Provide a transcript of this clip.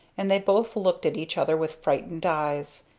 and they both looked at each other with frightened eyes.